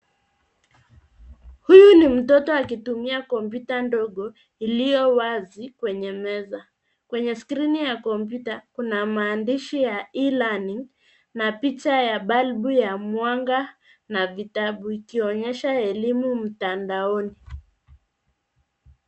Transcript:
Huyu ni mtoto akitumia kompyuta dogo iliyo wazi kwenye meza. Kwenye skrini ya kompyuta kuna maandishi ya e learning na picha ya balbu ya mwanga na vitabu. Ikionyesha elimu mtandaoni.